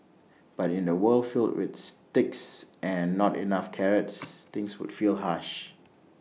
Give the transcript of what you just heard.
but in A world filled with sticks and not enough carrots things would feel harsh